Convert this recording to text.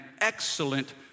excellent